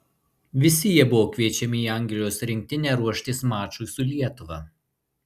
visi jie buvo kviečiami į anglijos rinktinę ruoštis mačui su lietuva